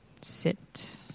sit